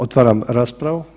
Otvaram raspravu.